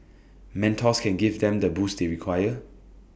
mentors can give them the boost they require